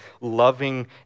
loving